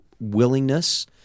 willingness